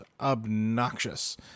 obnoxious